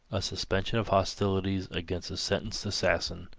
a suspension of hostilities against a sentenced assassin,